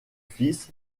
fils